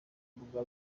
mbuga